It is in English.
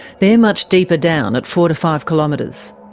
they're much deeper down, at four to five kilometres.